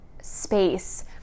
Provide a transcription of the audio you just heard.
space